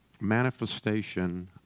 manifestation